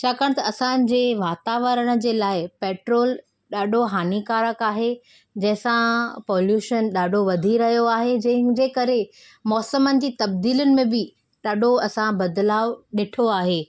छाकाणि त असांजे वातावरण जे लाइ पेट्रोल ॾाढो हानिकारकु आहे जंहिं सां पोल्यूशन ॾाढो वधी रहियो आहे जंहिं जे करे मौसमनि जी तबदीलियुनि में बि ॾाढो असां बदलाव ॾिठो आहे